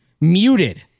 muted